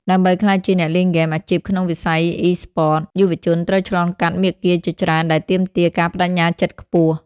ដើម្បីក្លាយជាអ្នកលេងហ្គេមអាជីពក្នុងវិស័យអុីស្ពត យុវជនត្រូវឆ្លងកាត់មាគ៌ាជាច្រើនដែលទាមទារការប្តេជ្ញាចិត្តខ្ពស់។